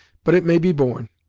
but it may be borne.